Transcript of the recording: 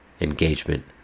engagement